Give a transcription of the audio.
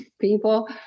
people